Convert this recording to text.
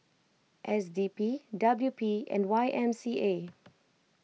S D P W P and Y M C A